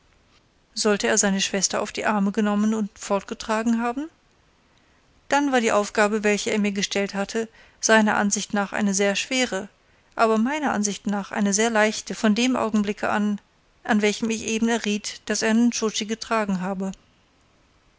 sollte er seine schwester auf die arme genommen und fortgetragen haben dann war die aufgabe welche er mir gestellt hatte seiner ansicht nach eine sehr schwere aber meiner ansicht nach eine sehr leichte von dem augenblicke an an welchem ich eben erriet daß er nscho tschi getragen habe